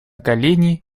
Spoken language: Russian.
колени